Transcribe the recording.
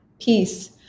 peace